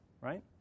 right